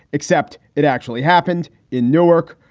except it actually happened in newark.